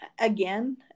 again